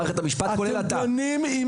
אתם דנים עם